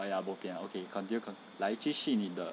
!aiya! bo pian okay continue 来继续你的